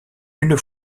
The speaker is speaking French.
une